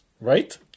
Right